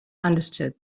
understood